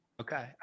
Okay